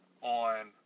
on